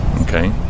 okay